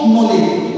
Money